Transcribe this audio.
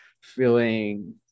feeling